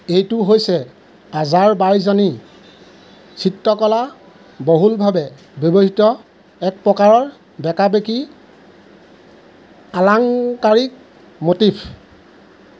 এইটো হৈছে আজাৰবাইজানী চিত্ৰকলাত বহুলভাৱে ব্যৱহৃত একপ্ৰকাৰৰ বেঁকাবেঁকি আলংকাৰিক ম'টিফ